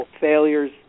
failures